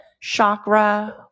chakra